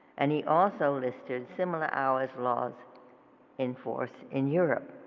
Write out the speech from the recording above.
and he also listed similar hours laws enforced in europe.